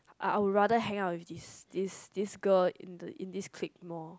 uh I would rather hang out with this this this girl in this clique more